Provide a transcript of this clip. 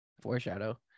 Foreshadow